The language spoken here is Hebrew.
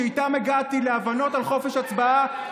שאיתם הגעתי להבנות על חופש הצבעה,